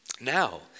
Now